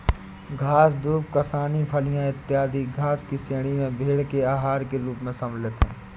घास, दूब, कासनी, फलियाँ, इत्यादि घास की श्रेणी में भेंड़ के आहार के रूप में शामिल है